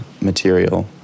material